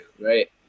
right